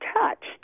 touched